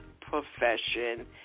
profession